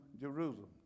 Jerusalem